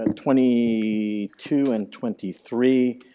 um twenty two and twenty three,